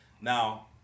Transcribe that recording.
Now